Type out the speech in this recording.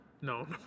No